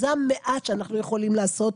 זה המעט שאנחנו יכולים לעשות.